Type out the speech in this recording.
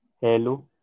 Hello